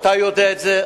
אתה יודע את זה,